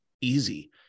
easy